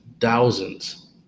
thousands